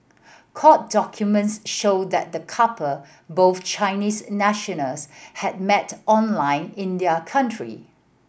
court documents show that the couple both Chinese nationals had met online in their country